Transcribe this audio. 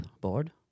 board